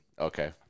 Okay